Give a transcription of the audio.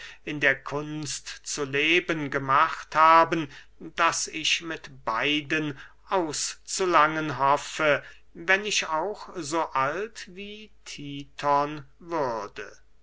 in der kunst zu leben gemacht haben daß ich mit beiden auszulangen hoffe wenn ich auch so alt wie tithon würde